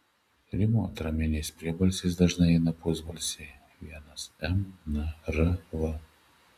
rimo atraminiais priebalsiais dažnai eina pusbalsiai l m n r v